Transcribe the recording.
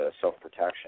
self-protection